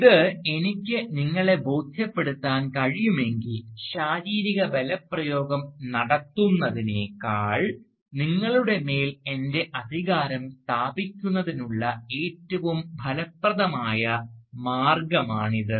ഇത് എനിക്ക് നിങ്ങളെ ബോധ്യപ്പെടുത്താൻ കഴിയുമെങ്കിൽ ശാരീരിക ബലപ്രയോഗം നടത്തുന്നതിനേക്കാൾ നിങ്ങളുടെ മേൽ എൻറെ അധികാരം സ്ഥാപിക്കുന്നതിനുള്ള ഏറ്റവും ഫലപ്രദമായ മാർഗ്ഗമാണിത്